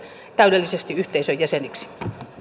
täydellisesti yhteisön jäseniksi